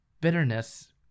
bitterness